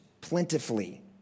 plentifully